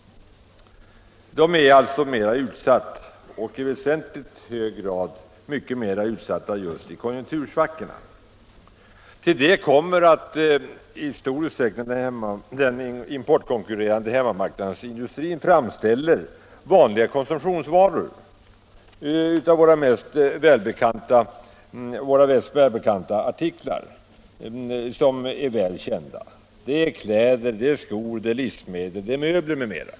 De är alltså mera utsatta och i väsentligt högre grad mer utsatta just i konjunktursvackorna. Till det kommer att den importkonkurrerande hemmamarknadsindustrin i stor utsträckning framställer vanliga konsumtionsvaror såsom kläder, skor, livsmedel och möbler.